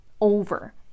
over